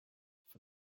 for